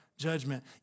judgment